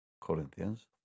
Corinthians